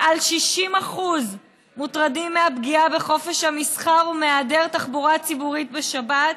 מעל 60% מוטרדים מהפגיעה בחופש המסחר ומהיעדר תחבורה ציבורית בשבת,